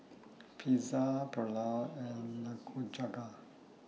Pizza Pulao and Nikujaga